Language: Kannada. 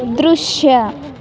ದೃಶ್ಯ